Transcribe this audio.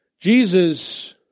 Jesus